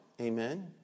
Amen